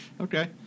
Okay